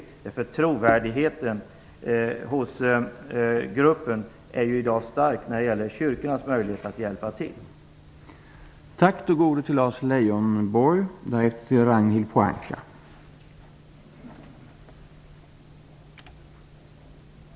Kyrkans trovärdighet vad gäller möjligheten att hjälpa till är i dag stor.